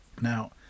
Now